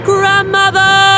Grandmother